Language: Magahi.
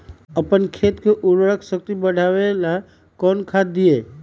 अपन खेत के उर्वरक शक्ति बढावेला कौन खाद दीये?